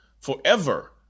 forever